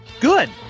good